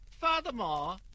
Furthermore